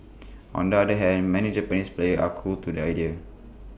on the other hand many Japanese players are cool to the idea